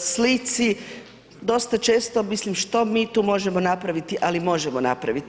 slici dosta često mislim što mi tu možemo napraviti ali možemo napraviti.